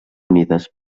unides